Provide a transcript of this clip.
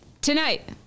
Tonight